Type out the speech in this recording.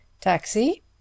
Taxi